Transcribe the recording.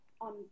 on